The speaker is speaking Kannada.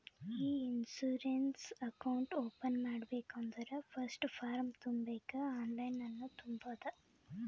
ಇ ಇನ್ಸೂರೆನ್ಸ್ ಅಕೌಂಟ್ ಓಪನ್ ಮಾಡ್ಬೇಕ ಅಂದುರ್ ಫಸ್ಟ್ ಫಾರ್ಮ್ ತುಂಬಬೇಕ್ ಆನ್ಲೈನನ್ನು ತುಂಬೋದು